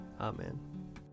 Amen